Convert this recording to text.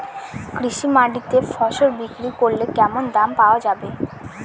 কৃষি মান্ডিতে ফসল বিক্রি করলে কেমন দাম পাওয়া যাবে?